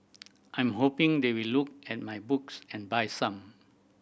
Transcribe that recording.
I'm hoping they will look at my books and buy some